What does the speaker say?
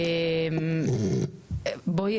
בואי,